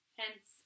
hence